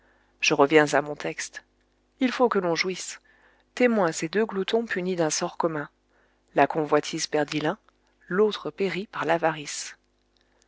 je reviens à mon texte il faut que l'on jouisse témoin ces deux gloutons punis d'un sort commun la convoitise perdit l'un l'autre périt par l'avarice